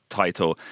title